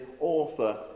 author